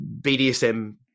BDSM